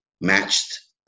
matched